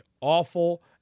awful